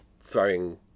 throwing